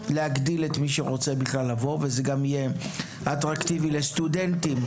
להגדיל את מי שרוצה לבוא כך שזה יהיה אטרקטיבי גם לסטודנטים.